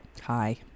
Hi